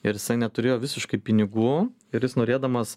ir jisai neturėjo visiškai pinigų ir jis norėdamas